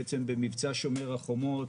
במבצע שומר החומות